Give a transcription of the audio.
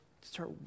start